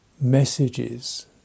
messages